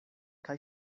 kaj